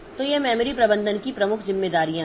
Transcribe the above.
तो ये मेमोरी प्रबंधन की प्रमुख जिम्मेदारियां हैं